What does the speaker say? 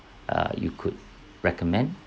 uh you could recommend